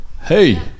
Hey